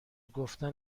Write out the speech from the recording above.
گفتن